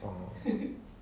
orh